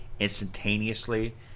instantaneously